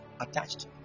attached